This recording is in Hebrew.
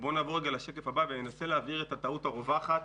ואני אנסה להבהיר את הטעות הרווחת